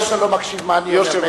זה שאתה לא מקשיב מה אני אומר,